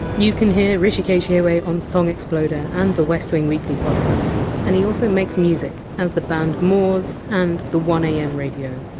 you can hear hrishikesh hirway on song exploder, and the west wing weekly podcasts. and he also makes music as the band moors and the one am radio.